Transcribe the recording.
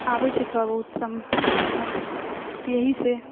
आबै छै थोड़ा बहुत समझ तऽ इएहसँ